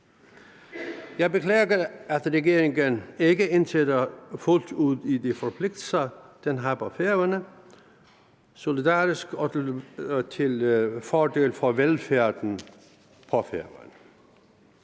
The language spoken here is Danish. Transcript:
Jeg beklager, at regeringen ikke indtræder fuldt ud i de forpligtelser, den har på Færøerne, til at være solidarisk og handle til fordel for velfærden på Færøerne.